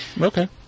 Okay